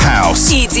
House